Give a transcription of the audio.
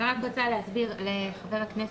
אני רק רוצה להסביר לחבר הכנסת,